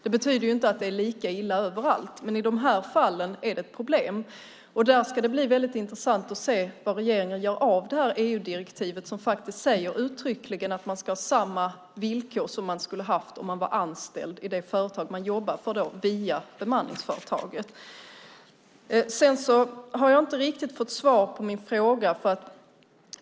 Det betyder inte att det är lika illa överallt, men i de här fallen är det ett problem. Där ska det bli intressant att se vad regeringen gör av EU-direktivet, som faktiskt uttryckligen säger att man ska ha samma villkor som man skulle ha haft om man var anställd i det företag där man jobbar via bemanningsföretaget. Jag har inte riktigt fått svar på mina frågor.